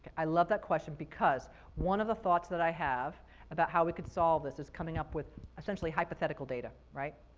i love that question because one of the thoughts that i have about how we could solve this is coming up with essentially hypothetical data, right?